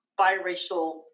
biracial